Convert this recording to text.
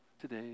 today